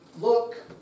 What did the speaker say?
Look